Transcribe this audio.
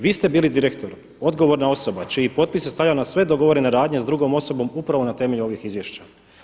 Vi ste bili direktor, odgovorna osoba čiji se potpis stavlja na sve dogovorene radnje s drugom osobom upravo na temelju ovih izvješća.